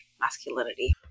masculinity